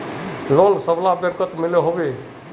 Loan सबला बैंकोत मिलोहो होबे?